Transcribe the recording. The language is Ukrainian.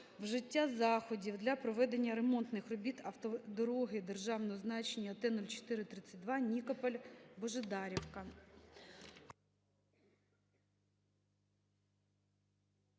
вжиття заходів для проведення ремонтних робіт автодороги державного значення Т-04-32 Нікополь-Божедарівка.